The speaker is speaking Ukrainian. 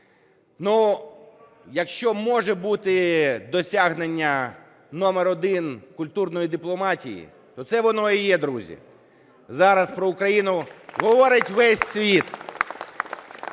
Ну, якщо може бути досягнення номер один культурної дипломатії, то це воно і є, друзі. Зараз про Україну говорить весь світ.